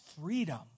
freedom